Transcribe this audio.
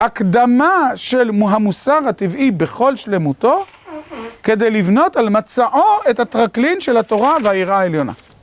הקדמה של המוסר הטבעי בכל שלמותו, כדי לבנות על מצעו את הטרקלין של התורה והייראה העליונה.